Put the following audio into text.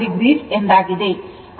5o ಎಂದಾಗಿದೆ